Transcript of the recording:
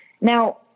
Now